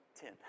ten